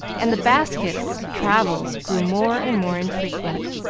and the basket's travels grew more and more infrequent.